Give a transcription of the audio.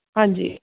ਹਾਂਜੀ